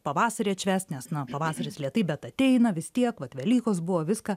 pavasarį atšvęst nes na pavasaris lėtai bet ateina vis tiek vat velykos buvo viską